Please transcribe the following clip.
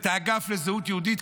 את האגף לזהות יהודית,